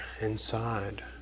inside